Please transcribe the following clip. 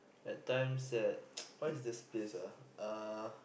at times at what is this place